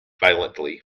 violently